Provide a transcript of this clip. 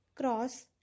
Cross